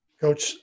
Coach